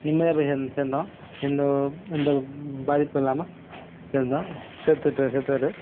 நிம்மதியாக போய் சேந் சேர்ந்தோம் எந்த ஒரு எந்த ஒரு பாதிப்பும் இல்லாமல் சேர்ந்தோம் சேர்த்துட்டு சேர்த்தாரு